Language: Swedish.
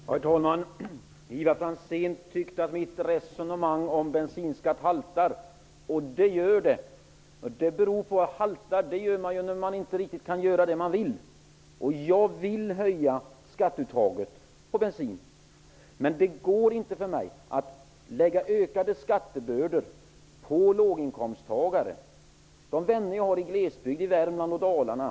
Herr talman! Ivar Franzén tyckte att mitt resonemang om bensinskatten haltar. Det gör det. Haltar gör det när man inte rikigt kan göra det man vill. Jag vill höja skatten på bensin. Men det går inte för mig att lägga ökade skattebördor på låginkomsttagare -- t.ex. på de vänner jag har i glesbygden i Värmland och Dalarna.